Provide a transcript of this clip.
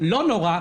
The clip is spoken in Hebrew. לא נורא,